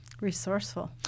resourceful